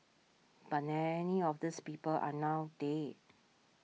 but many of these people are now dead